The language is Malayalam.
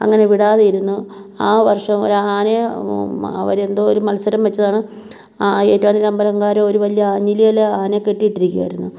അങ്ങനെ വിടാതിരുന്നു ആ വർഷം അവർ ആനയെ അവരെന്തോ ഒരു മത്സരം വെച്ചതാണ് ആ ഏറ്റുമാന്നൂരമ്പലംകാർ ഒരു വലിയ ആഞ്ഞിലിയിൽ ആനയെ കെട്ടിയിട്ടിരിക്കുവായിരുന്നു